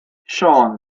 siôn